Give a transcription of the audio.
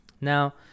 Now